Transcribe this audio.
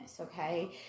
okay